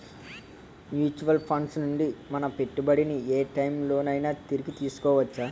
Mutual funds నుండి మన పెట్టుబడిని ఏ టైం లోనైనా తిరిగి తీసుకోవచ్చా?